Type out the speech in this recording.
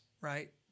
right